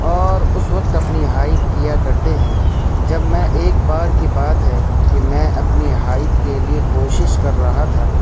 اور اس وقت اپنی ہائیک کیا کرتے ہیں جب میں ایک بار کی بات ہے میں اپنی ہائیک کے لیے کوشش کر رہا تھا